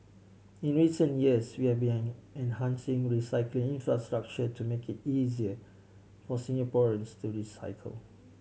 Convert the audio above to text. in recent years we have been enhancing recycling infrastructure to make it easier for Singaporeans to recycle